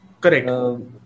Correct